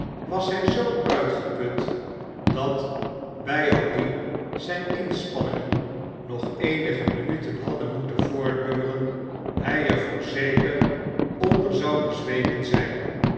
was hy zoo uitgeput dat bijaldien zyn inspanningen nog eenige minuten hadden moeten voortduren hy er voorzeker onder zou bezweken zyn